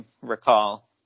recall